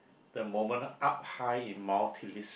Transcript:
the moment up high in Mount-Titlus